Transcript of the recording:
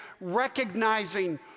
recognizing